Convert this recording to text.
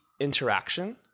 interaction